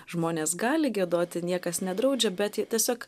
žmonės gali giedoti niekas nedraudžia bet tiesiog